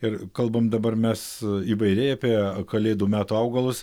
ir kalbam dabar mes įvairiai apie kalėdų meto augalus